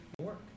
work